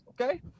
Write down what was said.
okay